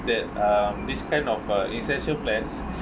that uh this kind of uh essential plans